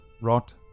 rot